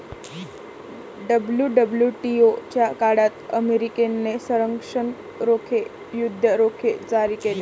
WWTO च्या काळात अमेरिकेने संरक्षण रोखे, युद्ध रोखे जारी केले